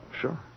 Sure